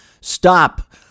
stop